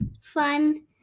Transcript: fun